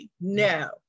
No